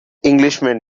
englishman